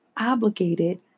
obligated